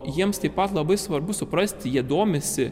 jiems taip pat labai svarbu suprasti jie domisi